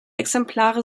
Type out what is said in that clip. exemplare